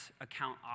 account